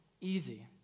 easy